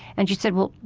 and she said, well,